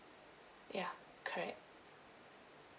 ya correct